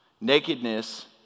nakedness